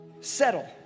settle